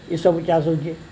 ଏଇସବୁ ବିିକାସ ହେଉଛେ